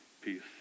peace